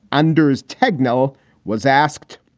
anders techno was asked,